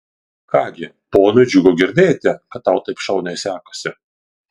ką gi ponui džiugu girdėti kad tau taip šauniai sekasi